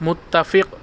متفق